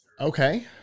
Okay